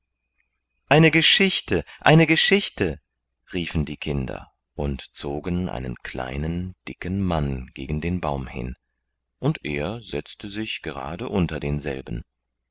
eine geschichte eine geschichte riefen die kinder und zogen einen kleinen dicken mann gegen den baum hin und er setzte sich gerade unter denselben